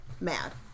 mad